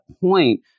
point